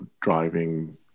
driving